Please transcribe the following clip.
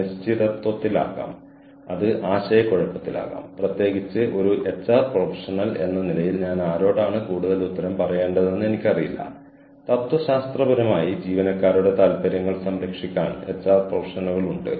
അതിനാൽ നിങ്ങൾക്കറിയാമോ ഒരുപക്ഷേ ഈ ഇ മെയിൽ ശ്രദ്ധിക്കാത്ത ഇതുവരെ ഞങ്ങളോട് സംസാരിച്ചിട്ടില്ലാത്ത ഇത്തരത്തിലുള്ള ഒരു അവസരം നിലവിലുണ്ടെന്ന് അറിയാത്ത ഞങ്ങളുടെ സഹപ്രവർത്തകരിൽ ചിലർ ഇപ്പോഴുമുണ്ട്